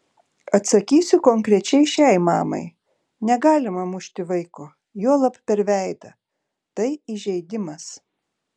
atsakysiu konkrečiai šiai mamai negalima mušti vaiko juolab per veidą tai įžeidimas